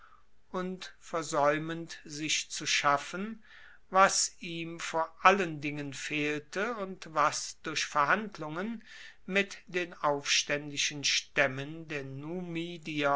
und versaeumend sich zu schaffen was ihm vor allen dingen fehlte und was durch verhandlungen mit den aufstaendischen staemmen der